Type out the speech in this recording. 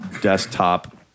desktop